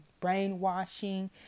brainwashing